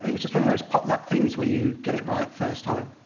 it was just one of those pot-luck things where you get it right first time.